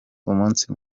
umunsi